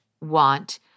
want